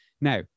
Now